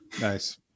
nice